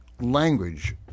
language